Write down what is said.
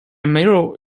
mirror